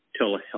telehealth